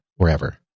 forever